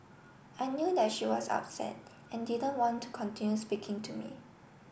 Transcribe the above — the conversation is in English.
I knew that she was upset and didn't want to continue speaking to me